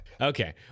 Okay